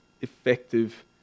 effective